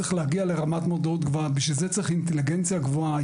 בשביל להגיע לרמת מודעות גבוהה צריך אינטליגנציה גבוהה,